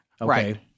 Right